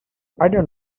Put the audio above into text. don’t